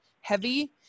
heavy